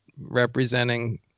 representing